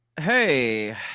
Hey